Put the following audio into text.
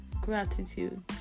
Gratitude